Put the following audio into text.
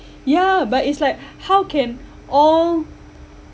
yeah but it's like how can all